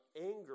anger